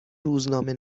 روزنامه